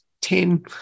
ten